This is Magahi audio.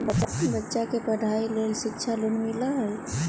बच्चा के पढ़ाई के लेर शिक्षा लोन मिलहई?